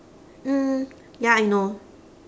mm ya I know